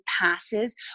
passes